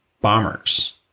bombers